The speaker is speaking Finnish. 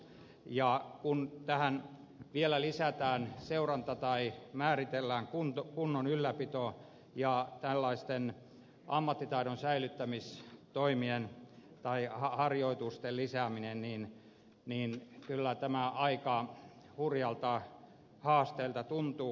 ja kun tähän vielä lisätään seuranta tai määritellään kunnon ylläpito ja ammattitaidon säilyttämistoimien tai harjoitusten lisääminen niin kyllä tämä aika hurjalta haasteelta tuntuu